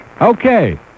Okay